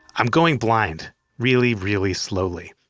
i'm going blind really, really slowly.